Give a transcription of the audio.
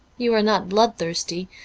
you are not bloodthirsty,